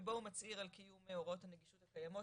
שבו הוא מצהיר על קיום הוראות הנגישות הקיימות